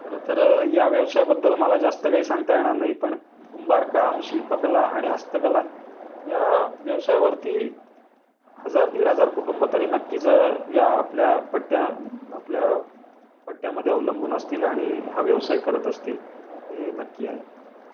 खरंतर या व्यवसायाबद्दल मला जास्त काही सांगता येणार नाही पण कुंभारकाम शिल्पकला आणि हस्तकला या व्यवसायावरती हजार दीड हजार कुटुंबं तरी नक्कीच या आपल्या पट्ट्या आपल्या पट्ट्यामध्ये अवलंबून असतील आणि हा व्यवसाय करत असतील हे नक्की आहे